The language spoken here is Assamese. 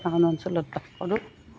টাউন অঞ্চলত বাস কৰোঁ